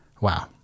Wow